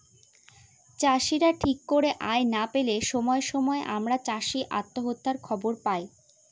চাষীরা ঠিক করে আয় না পেলে সময়ে সময়ে আমরা চাষী আত্মহত্যার খবর পায়